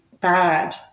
bad